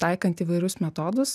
taikant įvairius metodus